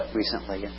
recently